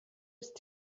ist